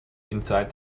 inside